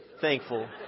thankful